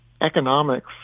economics